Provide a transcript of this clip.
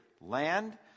land